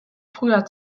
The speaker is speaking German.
früher